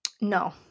No